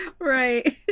right